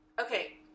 okay